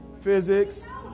physics